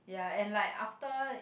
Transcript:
ya and like after